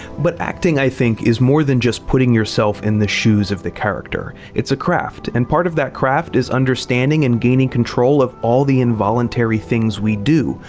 but acting, i think, is more than just putting yourself in the shoes of the character. it's a craft, and part of that craft is understanding and gaining control of all the involuntary things we do.